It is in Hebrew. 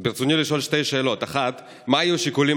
רצוני לשאול שתי שאלות: 1. מה היו השיקולים